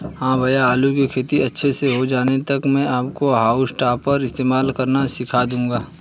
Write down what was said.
हां भैया आलू की खेती अच्छे से हो जाने तक मैं आपको हाउल टॉपर का इस्तेमाल करना सिखा दूंगा